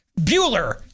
Bueller